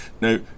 Now